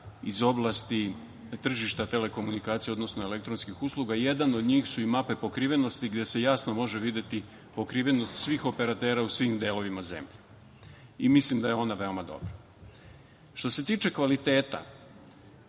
iz oblasti tržišta telekomunikacija, odnosno elektronskih usluga. Jedan od njih su i mape pokrivenosti gde se jasno može videti pokrivenost svih operatera u svim delovima zemlje. Mislim da je ona veoma dobra. Što se tiče kvaliteta,